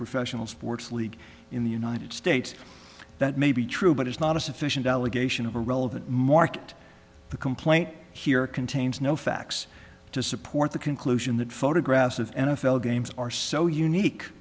professional sports league in the united states that may be true but is not a sufficient allegation of a relevant market the complaint here contains no facts to support the conclusion that photographs of n f l games are so unique